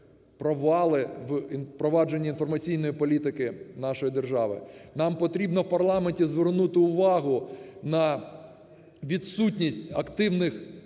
провали у впровадженні інформаційної політики нашої держави, нам потрібно у парламенті звернути увагу на відсутність активних